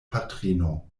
patrino